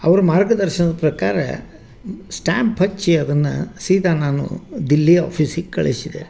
ಅವ್ರ ಮಾರ್ಗದರ್ಶನದ ಪ್ರಕಾರ ಸ್ಟ್ಯಾಂಪ್ ಹಚ್ಚಿ ಅದನ್ನು ಸೀದಾ ನಾನು ದಿಲ್ಲಿ ಆಫೀಸಿಗೆ ಕಳಿಸಿದೆ